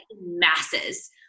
masses